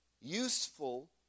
Useful